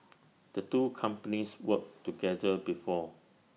the two companies worked together before